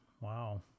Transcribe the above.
Wow